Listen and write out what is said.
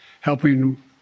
helping